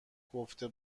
گفته